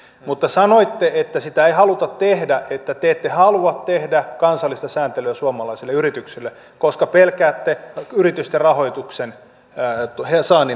mutta sanoitte että sitä ei haluta tehdä että te ette halua tehdä kansallista sääntelyä suomalaisille yrityksille koska pelkäätte yritysten rahoituksen saannin heikkenevän